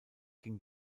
ging